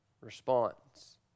response